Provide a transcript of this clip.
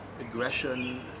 aggression